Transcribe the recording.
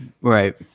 Right